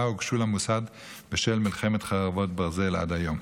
הוגשו למוסד בשל מלחמת חרבות ברזל עד היום,